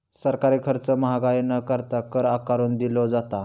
सरकारी खर्च महागाई न करता, कर आकारून दिलो जाता